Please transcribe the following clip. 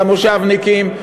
למושבניקים,